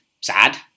sad